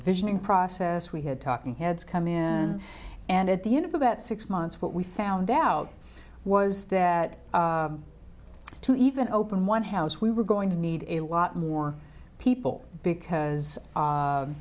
vision in process we had talking heads come in and at the end of about six months what we found out was that to even open one house we were going to need a lot more people because